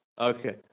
Okay